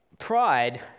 Pride